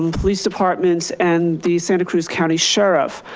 um police departments and the santa cruz county sheriff.